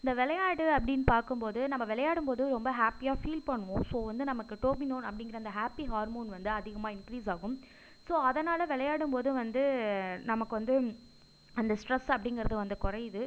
இந்த வெளையாட்டு அப்படின்னு பார்க்கும்போது நம்ம விளையாடும்போது ரொம்ப ஹேப்பியாக ஃபீல் பண்ணுவோம் ஸோ வந்து நமக்கு டோபினோன் அப்படிங்கிற அந்த ஹேப்பி ஹார்மோன் வந்து அதிகமாக இன்கிரீஸ் ஆகும் ஸோ அதனால் விளையாடும்போது வந்து நமக்கு வந்து அந்த ஸ்ட்ரெஸ் அப்படிங்கிறது வந்து கொறையுது